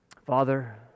Father